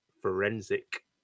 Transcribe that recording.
forensic